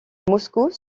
moscou